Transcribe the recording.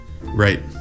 Right